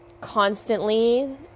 constantly